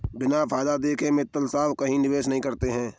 बिना फायदा देखे मित्तल साहब कहीं निवेश नहीं करते हैं